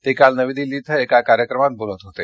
ते काल नवी दिल्ली इथं एका कार्यक्रमात बोलत होते